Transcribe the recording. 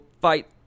fight